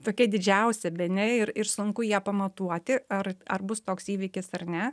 tokia didžiausia bene ir ir sunku ją pamatuoti ar ar bus toks įvykis ar ne